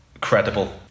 credible